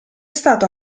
stato